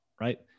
right